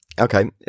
Okay